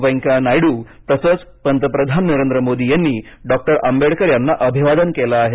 वेंकय्या नायडू तसंच पंतप्रधान नरेंद्र मोदी यांनी डॉक्टर आंबेडकर यांना अभिवादन केलं आहे